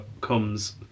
comes